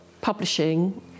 publishing